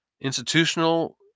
institutional